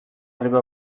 arriba